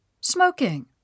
Smoking